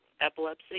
epilepsy